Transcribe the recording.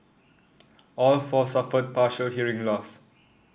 all four suffered partial hearing loss